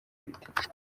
bite